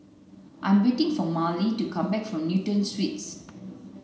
I'm waiting for Marlee to come back from Newton Suites